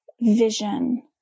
vision